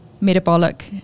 Metabolic